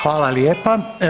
Hvala lijepa.